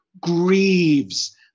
grieves